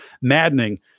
maddening